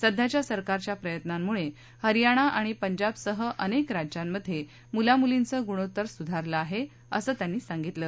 सध्याच्या सरकारच्या प्रयत्नांमुळे हरयाणा आणि पंजाबसह अनेक राज्यांमधे मुलामुलीचं गुणोत्तर सुधारलं आहे असं त्यांनी सांगितलं